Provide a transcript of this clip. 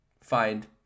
find